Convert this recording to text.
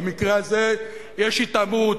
במקרה הזה יש התעמרות,